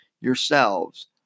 yourselves